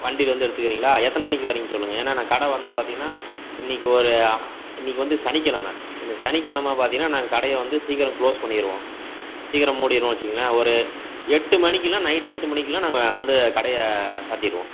வண்டியில் வந்து எடுத்துக்குறீங்ளா எத்தனை மணிக்கு வரிங்கன்னு சொல்லுங்க ஏன்னா நான் கடை வந்து பார்த்திங்னா இன்றைக்கி ஒரு இன்றைக்கி வந்து சனிக்கிழம இந்த சனிக்கிழம பார்த்தினா நாங்கள் கடையை வந்து சீக்கிரம் க்ளோஸ் பண்ணிடுவோம் சீக்கிரம் மூடிடுவோன்னு வச்சிங்ளேன் ஒரு எட்டு மணிக்குலான் நைட்டு எட்டு மணிக்குலான் நாங்கள் வந்து கடையை சாத்திடுவோம்